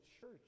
church